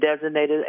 designated